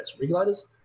regulators